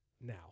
now